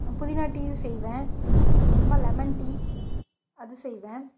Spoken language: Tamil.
புதினா டீயும் செய்வேன் அப்புறமா லெமன் டீ அது செய்வேன்